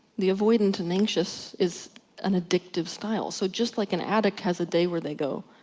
the avoidant and anxious is an addictive style, so just like an addict has a day where they go